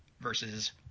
versus